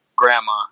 grandma